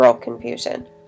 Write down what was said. confusion